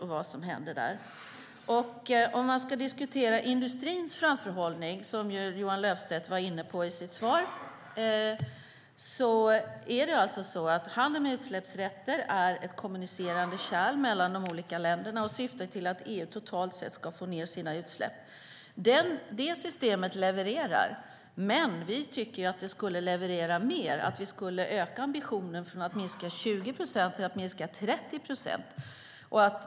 Om man ska diskutera industrins framförhållning, som Johan Löfstrand var inne på, är handeln med utsläppsrätter ett kommunicerande kärl mellan de olika länderna och syftar till att EU totalt sett ska få ned sina utsläpp. Detta system levererar, men vi tycker att det skulle leverera mer, att vi skulle öka ambitionen från att minska med 20 procent till att minska med 30 procent.